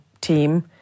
team